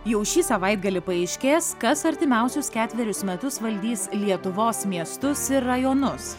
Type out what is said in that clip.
jau šį savaitgalį paaiškės kas artimiausius ketverius metus valdys lietuvos miestus ir rajonus